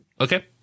Okay